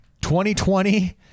2020